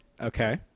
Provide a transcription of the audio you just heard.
Okay